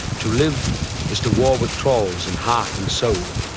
to live is to war with trolls in heart and soul.